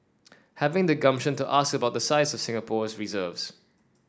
having the gumption to ask about the size of Singapore's reserves